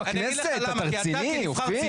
אתה רציני, אופיר?